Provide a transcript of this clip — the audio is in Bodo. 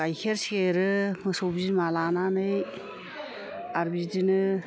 गाइखेर सेरो मोसौ बिमा लानानै आरो बिदिनो